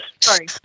Sorry